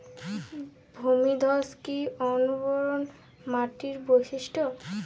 ভূমিধস কি অনুর্বর মাটির বৈশিষ্ট্য?